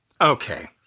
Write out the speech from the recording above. Okay